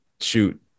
shoot